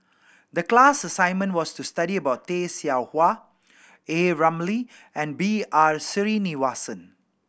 the class assignment was to study about Tay Seow Huah A Ramli and B R Sreenivasan